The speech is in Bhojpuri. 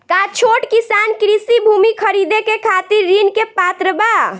का छोट किसान कृषि भूमि खरीदे के खातिर ऋण के पात्र बा?